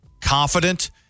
Confident